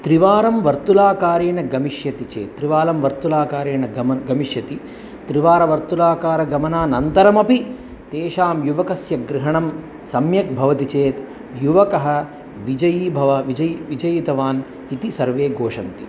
त्रिवारं वर्तुलाकारेण गमिष्यति चेत् त्रिवारं अवर्तुलाकारेण गम गमिष्यति त्रिवारं वर्तुलाकारं गमनानन्तरमपि तेषां युवकस्य गृहणं सम्यक् भवति चेत् युवकः विजयीभव विजयी जितावान् इति सर्वे घोषयन्ति